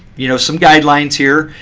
you know some guidelines here,